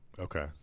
Okay